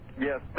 Yes